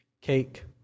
cake